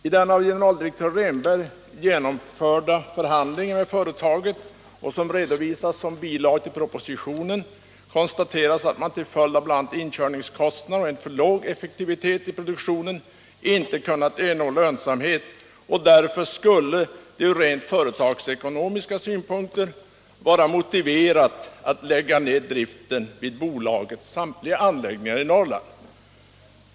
I den av generaldirektör Rehnberg genomförda förhandling med företaget som redovisas i en bilaga till propositionen konstateras att man till följd av bl.a. inkörningskostnader och en för låg effektivitet i produktionen inte kunnat ernå lönsamhet, och därför skulle det från rent företagsekonomiska synpunkter vara motiverat att lägga ner driften vid bolagets samtliga anläggningar i Norrland.